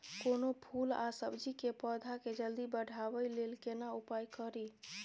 कोनो फूल आ सब्जी के पौधा के जल्दी बढ़ाबै लेल केना उपाय खरी?